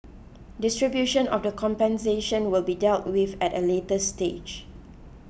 distribution of the compensation will be dealt with at a later stage